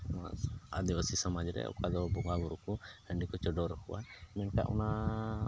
ᱱᱚᱣᱟ ᱟᱹᱫᱤᱵᱟᱹᱥᱤ ᱥᱚᱢᱟᱡᱽ ᱨᱮ ᱚᱠᱟ ᱫᱚ ᱵᱚᱸᱜᱟᱼᱵᱩᱨᱩ ᱠᱚ ᱦᱟᱺᱰᱤ ᱠᱚ ᱪᱚᱰᱚᱨ ᱟᱠᱚᱣᱟ ᱮᱱᱠᱷᱟᱱ ᱚᱱᱟ